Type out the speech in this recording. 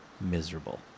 miserable